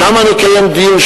שם נקיים דיון,